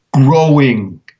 growing